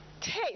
taste